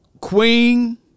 Queen